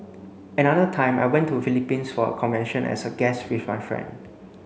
another time I went to Philippines for a convention as a guest with my friend